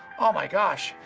oh my gosh.